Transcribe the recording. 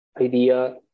idea